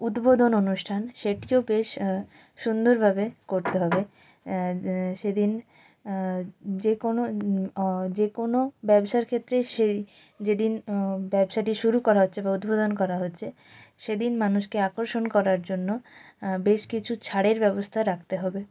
উদ্বোধন অনুষ্ঠান সেটিও বেশ সুন্দরভাবে করতে হবে যে সেদিন যে কোনো অ যে কোনো ব্যবসার ক্ষেত্রে সেই যেদিন ব্যবসাটি শুরু করা হচ্ছে বা উদ্বোধন করা হচ্ছে সেদিন মানুষকে আকর্ষণ করার জন্য বেশ কিছু ছাড়ের ব্যবস্থা রাখতে হবে